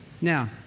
Now